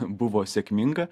buvo sėkminga